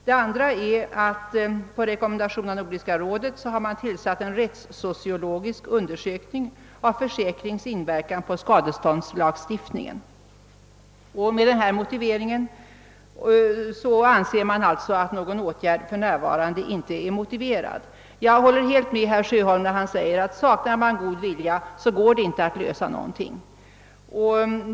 Den andra är att man, på rekommendation av Nordiska rådet, har tillsatt en rättssociologisk utredning som skall undersöka försäkrings inverkan på skadeståndslagstiftningen. Under hänvisning härtill anser man alltså att någon åtgärd för närvarande inte är motiverad. Jag håller helt med herr Sjöholm när han säger att om man saknar god vilja går det inte att lösa någonting.